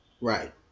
Right